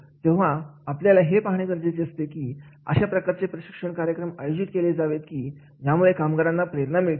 तेव्हा आपल्याला हे पाहणे गरजेचे असते की अशा प्रकारचे प्रशिक्षण कार्यक्रम आयोजित केले जावेत की यामुळे कामगारांना प्रेरणा मिळतील